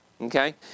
okay